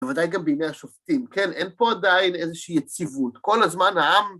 ובוודאי גם בימי השופטים. כן, אין פה עדיין איזושהי יציבות. כל הזמן העם...